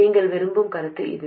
நீங்கள் விரும்பும் கருத்து இதுவே